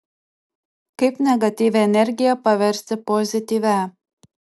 kaip negatyvią energiją paversti pozityvia